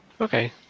Okay